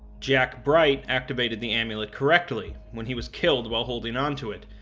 jack bright activated the amulet correctly when he was killed while holding on to it,